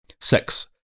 sex